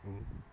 mmhmm